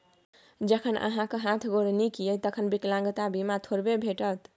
जखन अहाँक हाथ गोर नीक यै तखन विकलांगता बीमा थोड़बे भेटत?